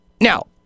Now